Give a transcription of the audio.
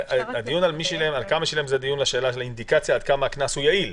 הדיון על מי שילם וכמה שילם הוא אינדיקציה עד כמה הקנס יעיל.